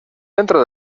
dentro